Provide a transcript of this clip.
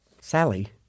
Sally